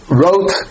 wrote